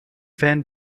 van